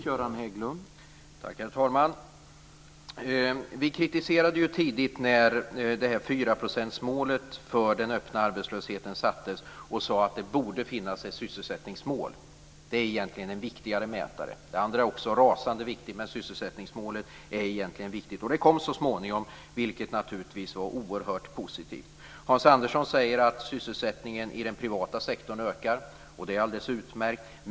Herr talman! Vi var kritiska när 4-procentsmålet för den öppna arbetslösheten sattes upp och sade att det borde finnas ett sysselsättningsmål. Det är egentligen en viktigare mätare. Det andra är också rasande viktigt, men sysselsättningsmålet är viktigare. Det kom också så småningom, vilket naturligtvis var oerhört positivt. Som Hans Andersson säger ökar sysselsättningen i den privata sektorn, och det är alldeles utmärkt.